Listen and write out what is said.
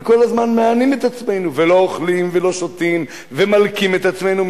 וכל הזמן מענים את עצמנו ולא אוכלים ולא שותים ומלקים את עצמנו,